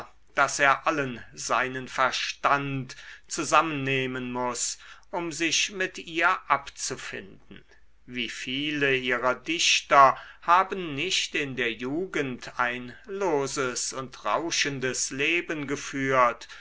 daß er allen seinen verstand zusammennehmen muß um sich mit ihr abzufinden wie viele ihrer dichter haben nicht in der jugend ein loses und rauschendes leben geführt